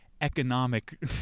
economic